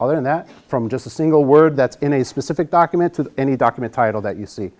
other than that from just a single word that's in a specific document to any document title that you